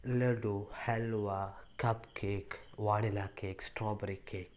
laddoo halwa cupcake vanilla cake strawberry cake